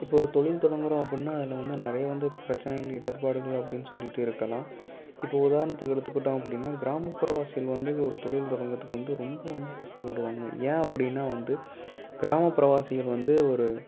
இப்போ ஒரு தொழில் தொடங்கிறோம் அப்படினா அதில் வந்து நிறைய வந்து பிரச்சனைகள் இடர்பாடுகள் அப்படின்னு சொல்லிகிட்டு இருக்கலாம் இப்போ உதாரணத்துக்கு எடுத்துக்கிட்டோம் அப்படின்னா கிராமப்புற வாசிகள் வந்து ஒரு தொழில் தொடங்கிறதுக்கு வந்து ரொம்ப வந்து கஷ்டப்படுவாங்க ஏன் அப்படின்னா வந்து கிராமப்புற வாசிகள் வந்து ஒரு